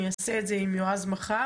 אני אעשה את זה עם יועז מחר,